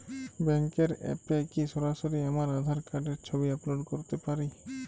ব্যাংকের অ্যাপ এ কি সরাসরি আমার আঁধার কার্ড র ছবি আপলোড করতে পারি?